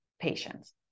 patients